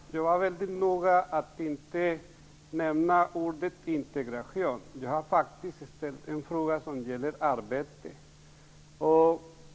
Fru talman! Jag var väldigt noga med att inte nämna ordet integration. Jag har faktiskt ställt en fråga som gäller arbete.